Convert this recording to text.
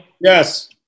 Yes